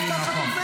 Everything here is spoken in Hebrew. חבר הכנסת רוט.